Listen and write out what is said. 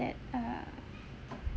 that err